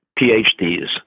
PhDs